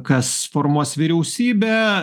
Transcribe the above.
kas formuos vyriausybę